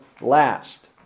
last